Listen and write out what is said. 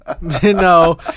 no